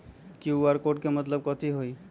QR code के मतलब कथी होई?